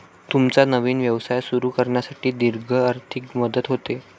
तुमचा नवीन व्यवसाय सुरू करण्यासाठी दीर्घ आर्थिक मदत होते